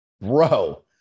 bro